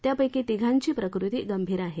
त्यापैकी तिघांची प्रकती गभीर आहे